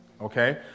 okay